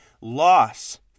loss